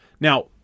Now